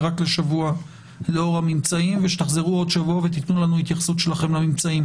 רק לשבוע ושתחזרו עוד שבוע ותתנו לנו התייחסות לממצאים.